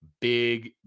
big